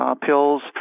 pills